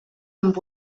amb